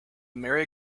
merry